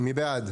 מי בעד?